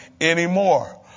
anymore